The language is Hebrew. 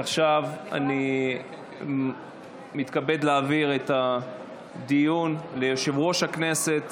עכשיו אני מתכבד להעביר את הדיון ליושב-ראש הכנסת